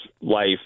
life